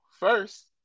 First